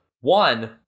One